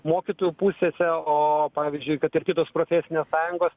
mokytojų pusėse o pavyzdžiui kad ir kitos profesinės sąjungos